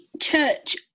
church